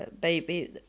baby